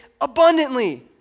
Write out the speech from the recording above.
abundantly